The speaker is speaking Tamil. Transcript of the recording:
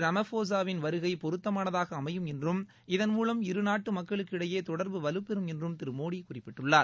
ரமஃபோஸாவின் வருகைபொருத்தமானதாகஅமையும் என்றும் இதன்மூலம் இருநாட்டுமக்களுக்கு இடையேதொடர்பு வலுப்பெறும் என்றும் திருமோடிகுறிப்பிட்டுள்ளார்